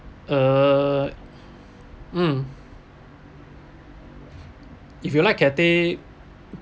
uh um if you like Cathay